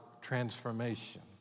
transformation